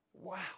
Wow